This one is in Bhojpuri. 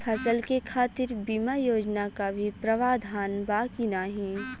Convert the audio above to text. फसल के खातीर बिमा योजना क भी प्रवाधान बा की नाही?